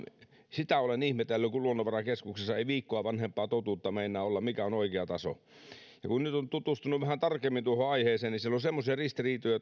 sitä olen ihmetellyt kun luonnonvarakeskuksessa ei viikkoa vanhempaa totuutta meinaa olla siitä mikä on oikea taso kun nyt on tutustunut vähän tarkemmin tuohon aiheeseen niin siellä on semmoisia ristiriitoja